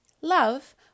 Love